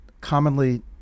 commonly